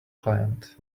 client